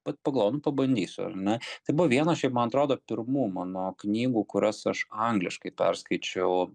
vat pagalvojau nu pabandysiu ar ne tai buvo vienos šiaip man atrodo pirmų mano knygų kurias aš angliškai perskaičiau